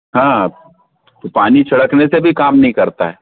हाँ पानी छिड़कने से भी काम नहीं करता है